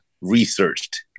researched